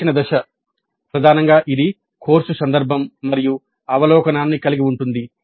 విశ్లేషణ దశ ప్రధానంగా ఇది కోర్సు సందర్భం మరియు అవలోకనాన్ని కలిగి ఉంటుంది